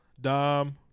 Dom